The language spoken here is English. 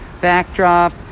backdrop